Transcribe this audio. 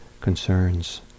concerns